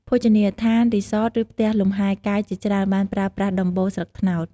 ភោជនីយដ្ឋាន រីសត ឬផ្ទះលំហែកាយជាច្រើនបានប្រើប្រាស់ដំបូលស្លឹកត្នោត។